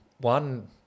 One